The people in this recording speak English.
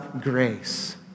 grace